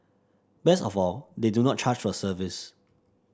best of all they do not charge for service